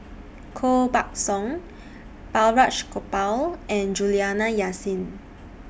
Koh Buck Song Balraj Gopal and Juliana Yasin